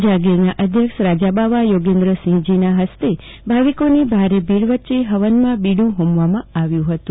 જાગીરના અધ્યક્ષ રાજાબાવા યોગેન્દ્રસિંહજીના હસ્તે ભાવિકોની ભારે ભીડ વચ્ચે હવનમાં બીડું હોમવામાં આવ્યું હતું